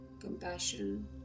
compassion